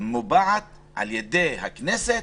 מובעת על ידי הכנסת.